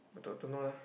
don't don't know lah